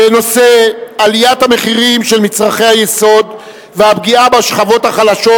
בנושא: עליית המחירים של מצרכי היסוד והפגיעה בשכבות החלשות,